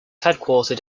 headquartered